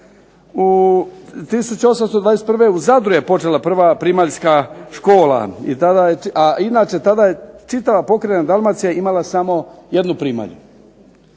1821. u Zadru je počela prva primaljska škola, a inače tada je čitava pokrajina Dalmacija imala samo jednu primalju.